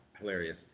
hilarious